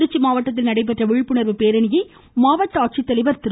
திருச்சி மாவட்டத்தில் நடைபெற்ற விழிப்புணர்வு பேரணியை மாவட்ட ஆட்சித்தலைவர் திரு